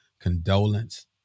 condolence